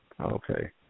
Okay